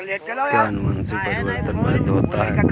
क्या अनुवंशिक परिवर्तन वैध होता है?